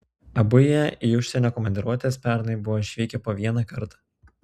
abu jie į užsienio komandiruotes pernai buvo išvykę po vieną kartą